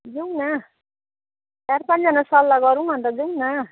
जाउँ न चार पाँचजना सल्लाह गरौँ अन्त जाउँ न